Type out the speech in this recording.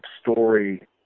story